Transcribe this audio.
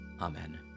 Amen